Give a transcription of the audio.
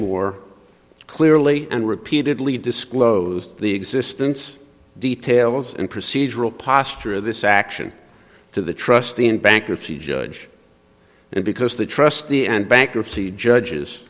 ashmore clearly and repeatedly disclosed the existence details and procedural posture of this action to the trustee in bankruptcy judge and because the trustee and bankruptcy judges